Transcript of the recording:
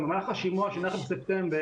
גם במהלך השימוע שנערך בספטמבר,